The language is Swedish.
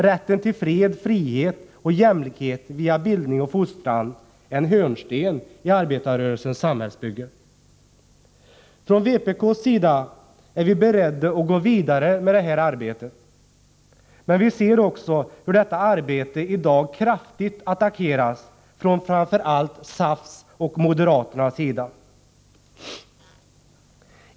Rätten till fred, frihet och jämlikhet via bildning och fostran är en hörnsten i arbetarrörelsens samhällsbygge. Från vpk:s sida är vi beredda att gå vidare med detta arbete. Men vi ser också hur detta arbete i dag kraftigt attackeras från framför allt SAF:s och moderaternas sida.